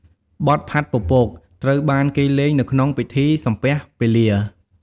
បទផាត់ពពក ត្រូវបានគេលេងនៅក្នុងពិធីសំពះពេលា។